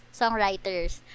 songwriters